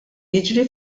jiġri